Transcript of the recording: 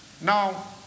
Now